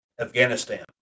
Afghanistan